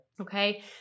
Okay